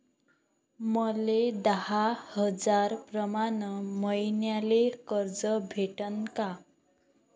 मले दहा हजार प्रमाण मईन्याले कर्ज भेटन का?